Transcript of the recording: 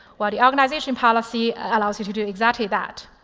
well, the organization policy allows you to do exactly that.